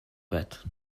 that